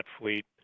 fleet